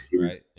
Right